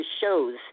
shows